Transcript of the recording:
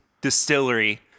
distillery